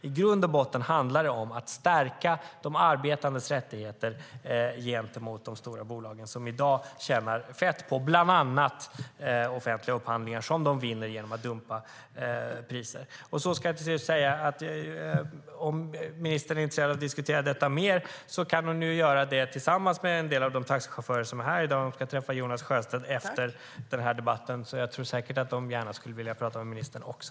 I grund och botten handlar det om att stärka de arbetandes rättigheter gentemot de stora bolag som i dag tjänar fett på bland annat offentliga upphandlingar som de vinner genom att dumpa priser. Till sist vill jag säga att om ministern är intresserad av att diskutera detta mer kan hon göra det tillsammans med en del av de taxichaufförer som är här i dag. De ska träffa Jonas Sjöstedt efter den här debatten. De vill säkert gärna prata med ministern också.